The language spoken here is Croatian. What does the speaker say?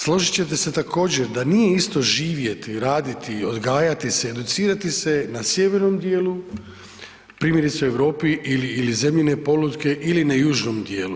Složit ćete se također da nije isto živjeti, raditi, odgajati se, educirati se na sjevernom djelu primjerice u Europi ili zemljine polutke ili na južnom dijelu.